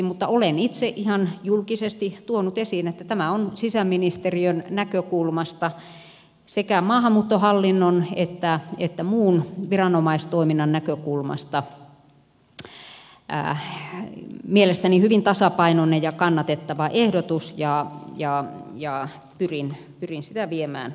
mutta olen itse ihan julkisesti tuonut esiin että tämä on sisäministeriön näkökulmasta sekä maahanmuuttohallinnon että muun viranomaistoiminnan näkökulmasta mielestäni hyvin tasapainoinen ja kannatettava ehdotus ja pyrin sitä viemään eteenpäin